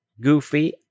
Goofy